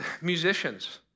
musicians